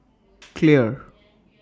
Clear